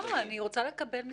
לא, אני רוצה לקבל מספרים,